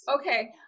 Okay